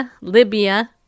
Libya